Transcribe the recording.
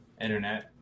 Internet